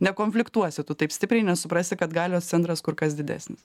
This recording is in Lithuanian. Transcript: nekonfliktuosi tu taip stipriai nes suprasi kad galios centras kur kas didesnis